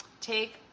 Take